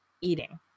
eating